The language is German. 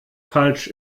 falsch